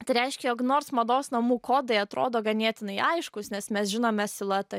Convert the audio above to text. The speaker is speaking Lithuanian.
tai reiškia jog nors mados namų kodai atrodo ganėtinai aiškūs nes mes žinome siluetą